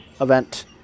event